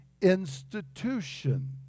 institution